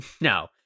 No